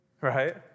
right